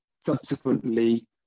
subsequently